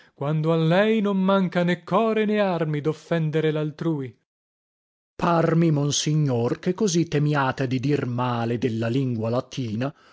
quando a lei non manca né core né armi doffendere laltrui corteg parmi monsignor che così temiate di dir male della lingua latina